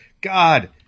God